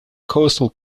coastal